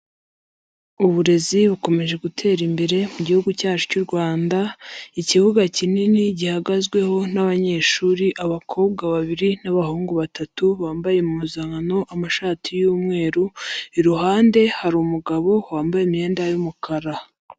Uburezi bukomeje gutera imbere gihugu cyacu cy'u Rwanda, ikibuga kinini gihagazweho n'abanyeshuri abakobwa babiri n'abahungu batatu bambaye impuzankano amashati y'umweru, iruhande hari umugabo wambaye imyenda y'umukara.